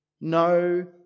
no